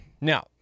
Now